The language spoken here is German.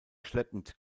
schleppend